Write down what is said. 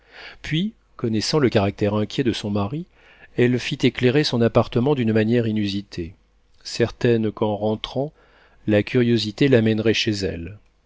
puis connaissant le caractère inquiet de son mari elle fit éclairer son appartement d'une manière inusitée certaine qu'en rentrant la curiosité l'amènerait chez elle